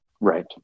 Right